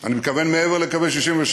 אני מתכוון מעבר לקווי 67',